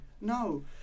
No